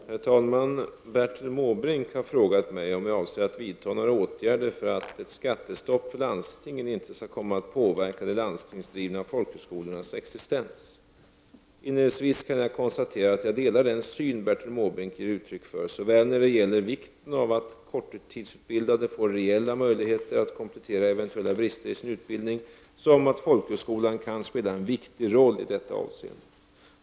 Herr talman! Bertil Måbrink har frågat mig om jag avser att vidta några åtgärder för att ett skattestopp för landstingen inte skall komma att påverka de landstingsdrivna folkhögskolornas existens. Inledningsvis kan jag konstatera att jag delar den syn Bertil Måbrink ger uttryck för — såväl när det gäller vikten av att korttidsutbildade får reella möjligheter att komplettera eventuella brister i sin utbildning som att folkhögskolan kan spela en viktig roll i detta avseende.